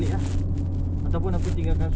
mm run pipe maknanya ada orang ah